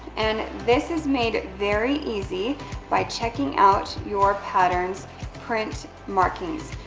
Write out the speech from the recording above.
and this is made very easy by checking out your pattern's print markings.